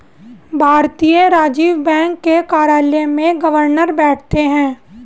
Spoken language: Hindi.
भारतीय रिजर्व बैंक के कार्यालय में गवर्नर बैठते हैं